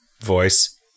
voice